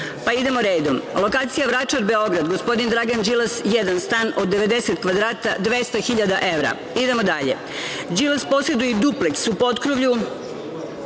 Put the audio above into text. redom. Lokacija Vračar-Beograd, gospodin Dragan Đilas – jedan stan od 90 kvadrata, 200.000 evra. Idemo dalje. Đilas poseduje i dupleks u potkrovlju